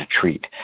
treat